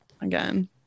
again